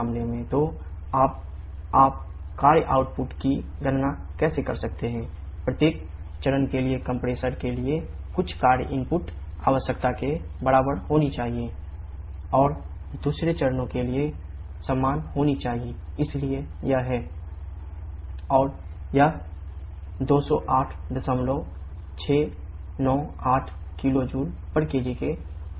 तो अब आप कार्य आउटपुट आवश्यकता के बराबर होना चाहिए 𝑐𝑝 और दोनों चरणों के लिए समान होना चाहिए इसलिए यह है 𝑊𝑐 2 𝑐𝑝 और यह 208698 kJ kg के बराबर होगा